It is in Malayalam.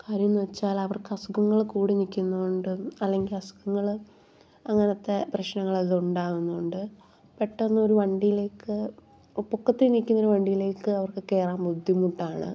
കാര്യംന്ന് വെച്ചാലവർക്ക് അസുഖങ്ങൾ കൂടി നിൽക്കുന്നത് കൊണ്ട് അല്ലെങ്കിൽ അസുഖങ്ങൾ അങ്ങനത്തെ പ്രശ്നങ്ങൾ അതുണ്ടാകുന്നുണ്ട് പെട്ടെന്നൊരു വണ്ടീലേക്ക് പൊക്കത്തിൽ നിൽക്കുന്ന വണ്ടീലേക്ക് അവർക്ക് കയറാൻ ബുദ്ധിമുട്ടാണ്